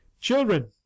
Children